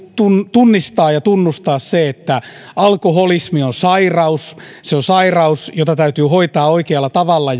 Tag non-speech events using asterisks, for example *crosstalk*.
tunnistaa ja tunnustaa se että alkoholismi on sairaus se on sairaus jota täytyy hoitaa oikealla tavalla *unintelligible*